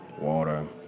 water